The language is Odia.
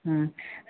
ହୁଁ